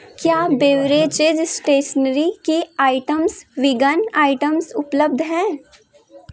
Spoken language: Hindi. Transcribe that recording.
क्या बेवरेजे स्टेशनरी की आइटम्स वीगन आइटम्स उपलब्ध हैं